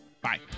bye